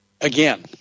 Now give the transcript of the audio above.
again